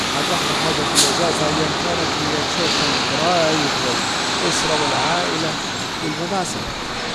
عاد أحلى حاجة في الاجازة مهما كانت انك تشوف الجرايب والأسرة والعائلة والوناسة